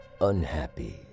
Unhappy